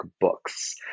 books